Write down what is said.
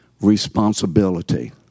responsibility